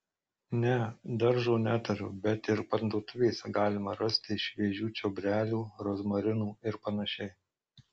ne daržo neturiu bet ir parduotuvėse galima rasti šviežių čiobrelių rozmarinų ir panašiai